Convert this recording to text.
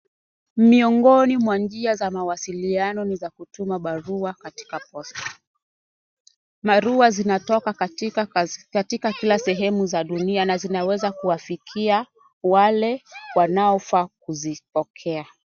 Miongoni mwa njia za mawasiliano ni za kutuma barua katika posta. Barua zinatoka katika kila sehemu za dunia na zinaweza kuwafikia wale wanaofaa kuzipokea.